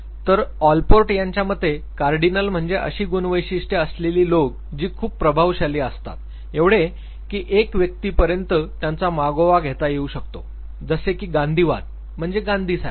तर ऑलपोर्ट यांच्या मते कार्डिनल म्हणजे अशी गुणवैशिष्ट्ये असलेली लोक जी खूप प्रभावशाली असतात एवढे की एक व्यक्ती पर्यंत त्यांचा मागोवा घेता येऊ शकतो जसे की गांधीवाद म्हणजे गांधी सारखे